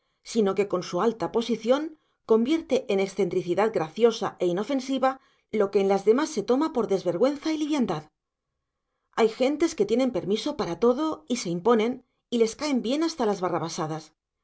sino que con su alta posición convierte en excentricidad graciosa e inofensiva lo que en las demás se toma por desvergüenza y liviandad hay gentes que tienen permiso para todo y se imponen y les caen bien hasta las barrabasadas